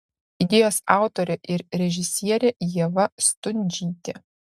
idėjos autorė ir režisierė ieva stundžytė